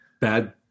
Bad